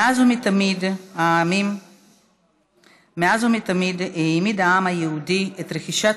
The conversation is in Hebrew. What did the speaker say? מאז ומתמיד העמיד העם היהודי את רכישת